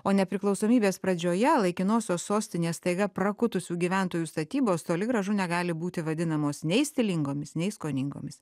o nepriklausomybės pradžioje laikinosios sostinės staiga prakutusių gyventojų statybos toli gražu negali būti vadinamos nei stilingomis nei skoningomis